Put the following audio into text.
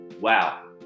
Wow